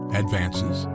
advances